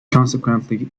consequently